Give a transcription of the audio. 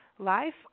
life